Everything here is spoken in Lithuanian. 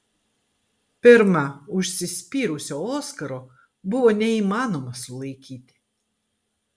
pirma užsispyrusio oskaro buvo neįmanoma sulaikyti